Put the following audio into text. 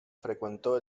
frecuentó